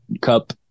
cup